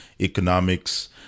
economics